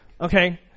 Okay